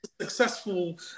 Successful